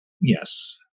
yes